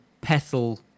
petal